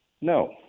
No